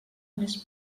més